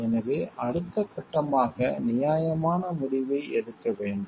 எனவே அடுத்த கட்டமாக நியாயமான முடிவை எடுக்க வேண்டும்